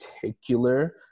particular